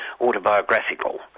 autobiographical